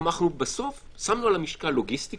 כלומר, אנחנו בסוף שמנו על המשקל לוגיסטיקה